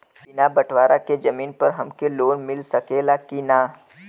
बिना बटवारा के जमीन पर हमके लोन मिल सकेला की ना?